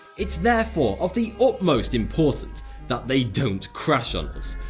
it's therefore of the upmost important that they don't crash on us.